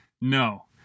No